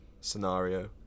scenario